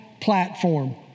platform